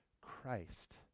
Christ